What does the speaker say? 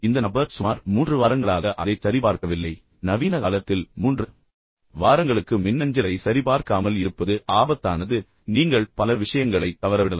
எனவே இந்த நபர் இப்போது சுமார் மூன்று வாரங்களாக அதைச் சரிபார்க்கவில்லை தற்போதைய நவீன காலத்தில் மூன்று வாரங்களுக்கு மின்னஞ்சலை சரிபார்க்காமல் இருப்பது மிகவும் ஆபத்தானது நீங்கள் பல விஷயங்களைத் தவறவிடலாம்